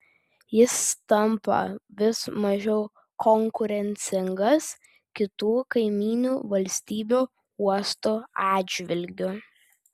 jis tampa vis mažiau konkurencingas kitų kaimyninių valstybių uostų atžvilgiu